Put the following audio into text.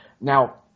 Now